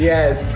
Yes